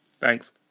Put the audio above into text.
thanks